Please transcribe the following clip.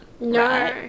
No